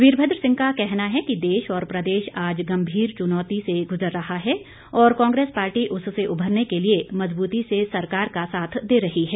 वीरभद्र सिंह का कहना है कि देश और प्रदेश आज गंभीर चुनौती से गुजर रहा है और कांग्रेस पार्टी उससे उभरने के लिए मजबूती से सरकार का साथ दे रही है